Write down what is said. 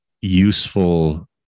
useful